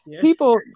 people